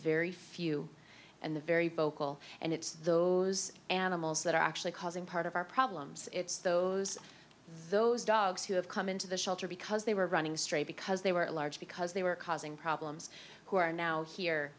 very few and the very vocal and it's those animals that are actually causing part of our problems it's those those dogs who have come into the shelter because they were running straight because they were at large because they were causing problems who are now here